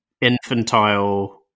infantile